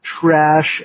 trash